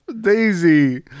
Daisy